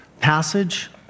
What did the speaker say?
passage